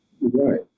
Right